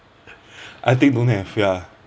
I think don't have ya